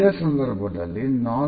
ಇದೇ ಸಂದರ್ಭದಲ್ಲಿ ಎನ್